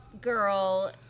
girl